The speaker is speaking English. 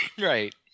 right